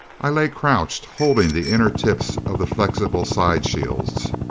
i lay crouched, holding the inner tips of the flexible side shields.